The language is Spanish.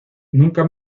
nunca